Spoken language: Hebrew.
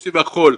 אורתודוקסי והכול,